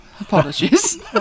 Apologies